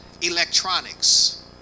electronics